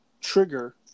trigger